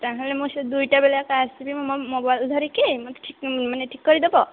ତା'ହେଲେ ମୁଁ ସେ ଦୁଇଟାବେଲ ଏକା ଆସିବି ମୋ ମୋବାଇଲ ଧରିକି ମୋତେ ଠିକ୍ ମାନେ ଠିକ୍ କରିଦେବ